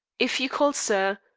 if you called, sir,